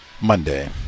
Monday